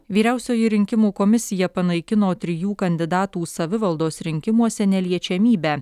vyriausioji rinkimų komisija panaikino trijų kandidatų savivaldos rinkimuose neliečiamybę